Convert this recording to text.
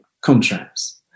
contracts